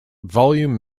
volume